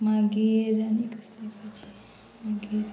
मागीर आनी कसली भाजी मागीर